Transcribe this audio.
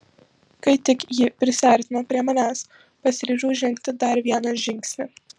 kai tik ji prisiartino prie manęs pasiryžau žengti dar vieną žingsnį